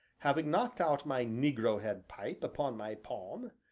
having knocked out my negro-head pipe upon my palm,